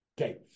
Okay